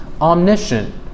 omniscient